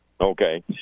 Okay